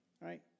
right